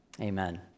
Amen